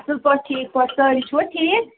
اَصٕل پٲٹھۍ ٹھیک پٲٹھۍ سٲری چھو ٹھیٖک